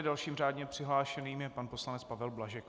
Dalším řádně přihlášeným je pan poslanec Pavel Blažek.